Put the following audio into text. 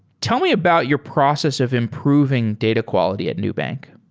tell me about your process of improving data quality at nubank.